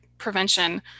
prevention